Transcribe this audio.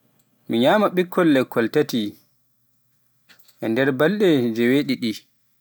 mi nyama bikkol lekkol taati e nder balɗe jeewe ɗiɗi.